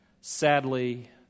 Sadly